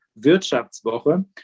Wirtschaftswoche